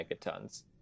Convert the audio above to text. megatons